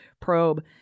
probe